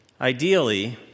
Ideally